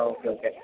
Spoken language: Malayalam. ആ ഓക്കേ ഓക്കേ